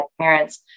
parents